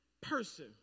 person